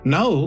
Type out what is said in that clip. Now